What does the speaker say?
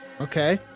okay